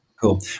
Cool